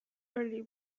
early